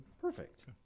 Perfect